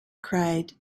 cried